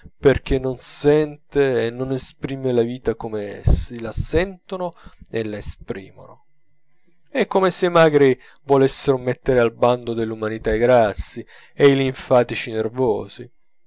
perchè non sente e non esprime la vita come essi la sentono e la esprimono è come se i magri volessero mettere al bando dell'umanità i grassi e i linfatici i nervosi